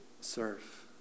serve